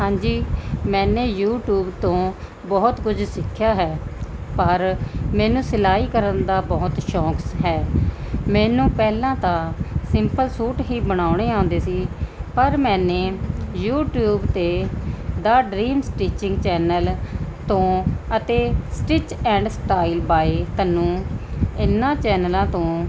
ਹਾਂਜੀ ਮੈਨੇ ਯੂਟੀਊਬ ਤੋਂ ਬਹੁਤ ਕੁਝ ਸਿੱਖਿਆ ਹੈ ਪਰ ਮੈਨੂੰ ਸਿਲਾਈ ਕਰਨ ਦਾ ਬਹੁਤ ਸ਼ੌਂਕ ਸ ਹੈ ਮੈਨੂੰ ਪਹਿਲਾਂ ਤਾਂ ਸਿੰਪਲ ਸੂਟ ਹੀ ਬਣਾਉਣੇ ਆਉਂਦੇ ਸੀ ਪਰ ਮੈਨੇ ਯੂਟੀਊਬ 'ਤੇ ਦਾ ਡਰੀਮ ਸਟਿਚਿੰਗ ਚੈਨਲ ਤੋਂ ਅਤੇ stitch and style by Tanu ਇਹਨਾਂ ਚੈਨਲਾਂ ਤੋਂ